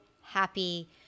happy